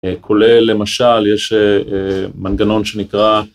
כולל למשל יש מנגנון שנקרא